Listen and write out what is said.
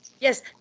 Yes